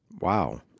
Wow